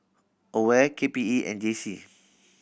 AWARE K P E and J C